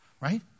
right